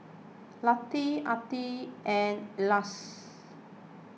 Latif Aqil and Elyas